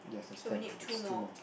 so we need two more